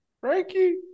Frankie